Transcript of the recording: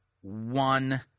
one